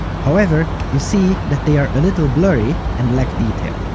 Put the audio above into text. however, you see that they are a little blurry and lack detail.